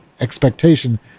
expectation